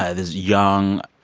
ah this young,